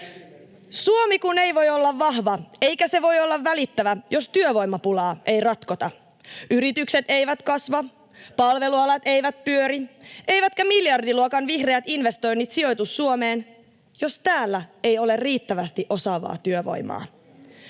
Suomi ei voi olla vahva eikä se voi olla välittävä, jos työvoimapulaa ei ratkota. Yritykset eivät kasva, palvelualat eivät pyöri, eivätkä miljardiluokan vihreät investoinnit sijoitu Suomeen, jos täällä ei ole riittävästi osaavaa työvoimaa.